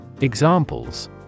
Examples